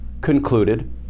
concluded